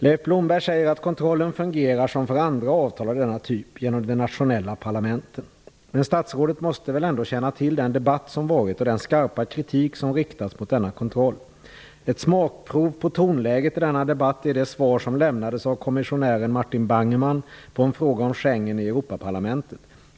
Leif Blomberg säger att kontrollen fungerar som för andra avtal av denna typ, genom de nationella parlamenten. Men statsrådet måste väl ändå känna till den debatt som förts och den skarpa kritik som riktats mot denna kontroll. Ett smakprov på tonläget i denna debatt är det svar som lämnades av kommissionären Martin Bangemann på en fråga om Schengen i Europaparlamentet.